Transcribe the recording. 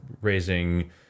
raising